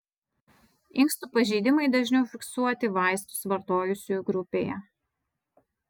inkstų pažeidimai dažniau fiksuoti vaistus vartojusiųjų grupėje